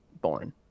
born